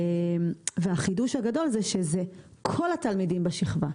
והחידוש הגדול הוא זה שזה כל התלמידים בשכבה,